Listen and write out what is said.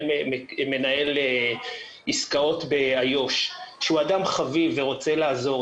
מנהל עסקאות באיו"ש שהוא אדם חביב ורוצה לעזור,